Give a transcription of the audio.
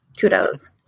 kudos